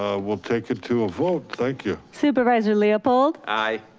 ah we'll take it to a vote, thank you. supervisor leopold? aye.